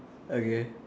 okay